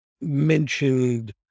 mentioned